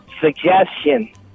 Suggestion